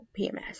PMS